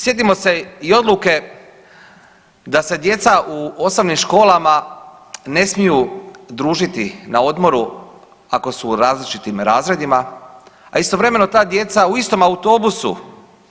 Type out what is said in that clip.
Sjetimo se i odluke da se djeca u osnovnim školama ne smiju družiti na odmoru ako su u različitim razredima, a istovremeno ta djeca u istom autobusu